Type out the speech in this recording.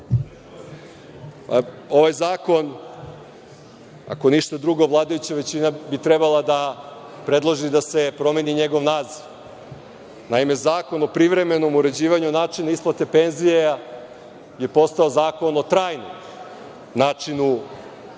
Ovaj zakon, ako ništa drugo, vladajuća većina bi trebala da predloži da se promeni njegov naziv. Naime, Zakon o privremenom uređivanju načina isplate penzija je postao zakon o trajnom načinu isplate